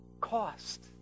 cost